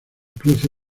cruce